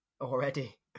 already